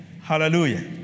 Hallelujah